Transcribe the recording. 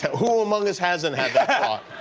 who among us hasn't had that thought?